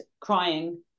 crying